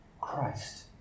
Christ